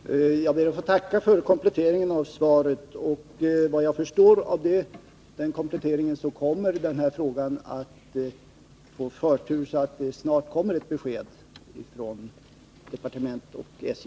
Herr talman! Jag ber att få tacka för kompletteringen av svaret. Efter vad Om vintersjöfarten jag förstår av den kompletteringen kommer den här frågan att få förtur, så att på Vänern det snart kommer ett besked från departementet och SJ.